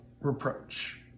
reproach